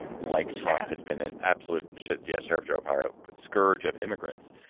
like trump, has been an absolute should. yes. sheriff joe arpaio, scourge of immigrants.